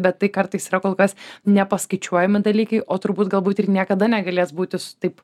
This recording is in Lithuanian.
bet tai kartais yra kol kas nepaskaičiuojami dalykai o turbūt galbūt ir niekada negalės būti su taip